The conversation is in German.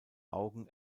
augen